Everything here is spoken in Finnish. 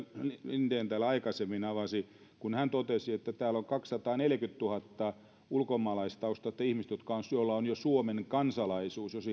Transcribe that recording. linden täällä aikaisemmin avasi kun hän totesi että täällä on kaksisataaneljäkymmentätuhatta ulkomaalaistaustaista ihmistä joilla on jo suomen kansalaisuus jos siihen